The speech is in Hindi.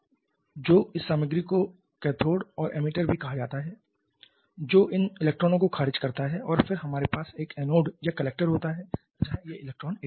तो इस सामग्री को कैथोड और एमिटर भी कहा जाता है जो इन इलेक्ट्रॉनों को खारिज करता है और फिर हमारे पास एक एनोड या कलेक्टर होता है जहां ये इलेक्ट्रॉन एकत्र होते हैं